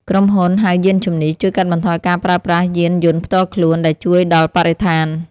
ក្រុមហ៊ុនហៅយានជំនិះ ជួយកាត់បន្ថយការប្រើប្រាស់យានយន្តផ្ទាល់ខ្លួន ដែលជួយដល់បរិស្ថាន។